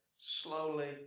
slowly